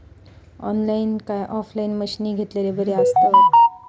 Online काय offline मशीनी घेतलेले बरे आसतात?